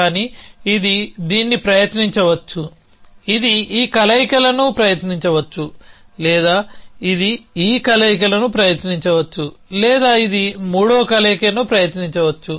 కానీ ఇది దీన్ని ప్రయత్నించవచ్చు ఇది ఈ కలయికలను ప్రయత్నించవచ్చు లేదా ఇది ఈ కలయికలను ప్రయత్నించవచ్చు లేదా ఇది మూడవ కలయికను ప్రయత్నించవచ్చు